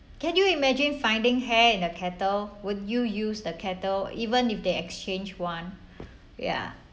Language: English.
can you imagine finding hair in the kettle would you use the kettle even if they exchange one ya